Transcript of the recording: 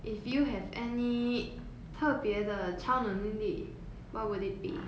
if you have any 特别的超能力 what would it be